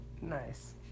Nice